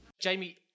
Jamie